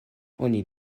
oni